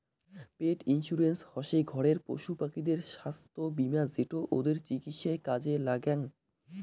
পেট insurance হসে ঘরের পশুপাখিদের ছাস্থ্য বীমা যেটো ওদের চিকিৎসায় কাজে লাগ্যাং